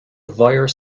virus